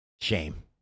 shame